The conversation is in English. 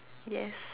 yes